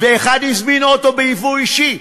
ואחד הזמין אוטו בייבוא אישי,